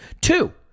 Two